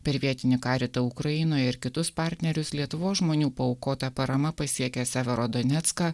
per vietinį karitą ukrainoje ir kitus partnerius lietuvos žmonių paaukota parama pasiekė severo donecką